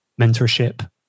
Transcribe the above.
mentorship